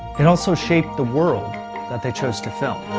it also shaped the world that they chose to film.